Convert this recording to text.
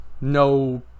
no